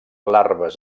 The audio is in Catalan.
larves